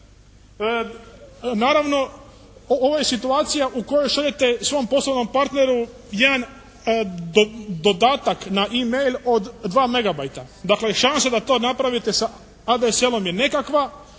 Naravno ovo je situacija u kojoj šaljete svom poslovnom partneru jedan dodatak na email od 2 megabajta. Dakle, šansa da to napravite sa ADSL-om je nekakva,